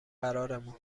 قرارمون